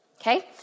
Okay